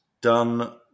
done